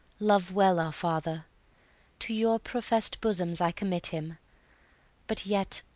love well our father to your professed bosoms i commit him but yet,